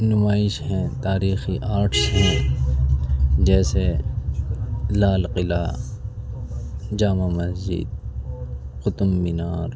نمائش ہیں تاریخی آرٹس ہیں جیسے لال قلعہ جامع مسجد قطب مینار